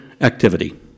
activity